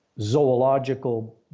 zoological